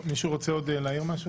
מישהו רוצה להעיר עוד משהו?